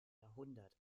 jahrhundert